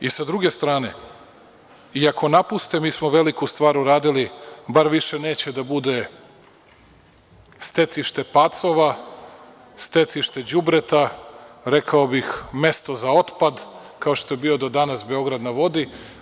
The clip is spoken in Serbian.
I, sa druge strane i ako napuste, mi smo veliku stvar uradili, bar više neće da bude stecište pacova, stecište đubreta, rekao bih, mesto za otpad, kao što je bio do danas „Beograd na vodi“